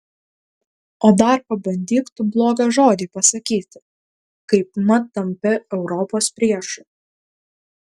o dar pabandyk tu blogą žodį pasakyti kaipmat tampi europos priešu